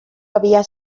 había